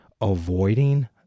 avoiding